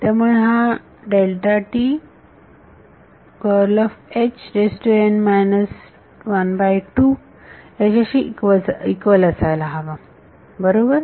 त्यामुळे हा याच्याशी इक्वल असायला हवा बरोबर